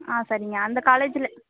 ஆ சரிங்க அந்த காலேஜில்